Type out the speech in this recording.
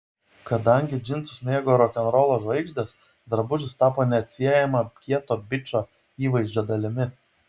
kadangi džinsus mėgo rokenrolo žvaigždės drabužis tapo neatsiejama kieto bičo įvaizdžio dalimi